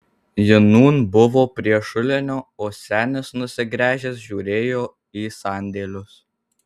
ji nūn buvo prie šulinio o senis nusigręžęs žiūrėjo į sandėlius